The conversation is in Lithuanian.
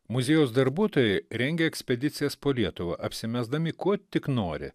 muziejaus darbuotojai rengia ekspedicijas po lietuvą apsimesdami kuo tik nori